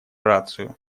рацию